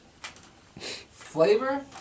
Flavor